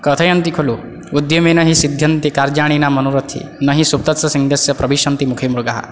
कथयन्ति खलु उद्यमेन हि सिध्यन्ति कार्याणि न मनोरथैः न हि सुप्तस्य सिंहस्य प्रविशन्ति मुखे मृगाः